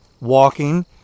walking